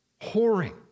whoring